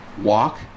walk